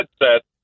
headset